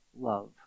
love